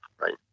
right